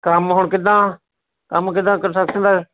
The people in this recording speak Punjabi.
ਕੰਮ ਹੁਣ ਕਿੱਦਾਂ ਕੰਮ ਕਿੱਦਾਂ ਕੰਨਟਕਸ਼ਨ ਦਾ